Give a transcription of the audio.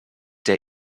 der